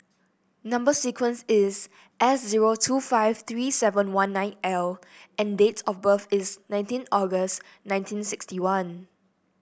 number sequence is S zero two five three seven one nine L and date of birth is nineteen August nineteen sixty one